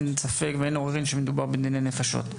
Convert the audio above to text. אין ספק ואין עוררין שמדובר בדיני נפשות.